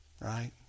right